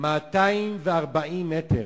סיפורים סיפורים.